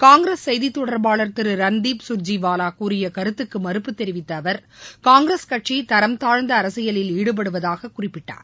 காங்கிரஸ் செய்தி தொடர்பாளர் திரு ரன்திப் கர்ஜிவாவா கூறிய கருத்துக்கு மறுப்பு தெரிவித்த அவர் காங்கிரஸ் கட்சி தரம் தாழ்ந்த அரசியலில் ஈடுபடுவதாக குறிப்பிட்டார்